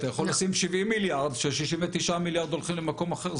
אתה יכול לשים 70 מיליארד כש-69 מיליארד הולכים למקום אחר.